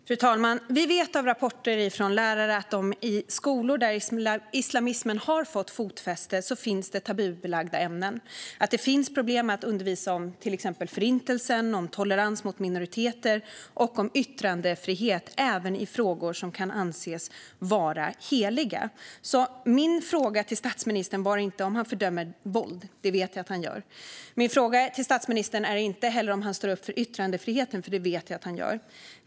Fru talman! Vi vet från rapporter från lärare att det i skolor där islamismen har fått fotfäste finns tabubelagda ämnen och problem med att undervisa om till exempel Förintelsen, tolerans mot minoriteter och yttrandefrihet, även i frågor som kan anses vara heliga. Min fråga till statsministern var inte om han fördömer våld. Det vet jag att han gör. Min fråga till statsministern var inte heller om han står upp för yttrandefriheten. Det vet jag att han gör.